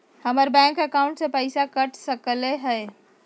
हमर bank account से पैसा कट सकलइ ह?